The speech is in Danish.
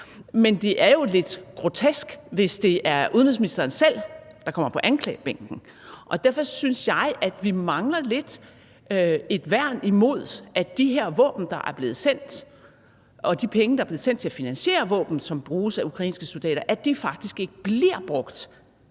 Men det er jo lidt grotesk, hvis det er udenrigsministeren selv, der kommer på anklagebænken, og derfor synes jeg, at vi lidt mangler et værn imod, at de her våben, der er blevet sendt, og de penge, der er blevet sendt til at finansiere våben, som bruges af ukrainske soldater, faktisk bliver brugt